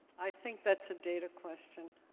i think that's a data question.